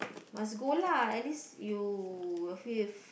must go lah at least you will feel